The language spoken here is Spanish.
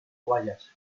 guayas